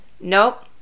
Nope